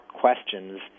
questions